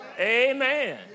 Amen